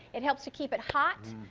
it helps to keep it hot.